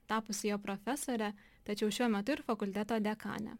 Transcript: tapusi jo profesore tačiau šiuo metu ir fakulteto dekanė